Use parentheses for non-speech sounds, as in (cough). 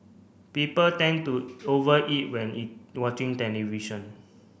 people tend to over eat when (unintelligible) watching television